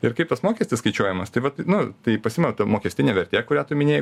ir kaip tas mokestis skaičiuojamas tai vat nu tai pasima ta mokestinė vertė kurią tu minėjai